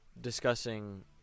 discussing